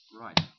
right